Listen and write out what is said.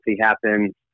happen